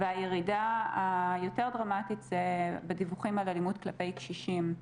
והירידה היותר דרמטית היא בדיווחים על אלימות כלפי קשישים.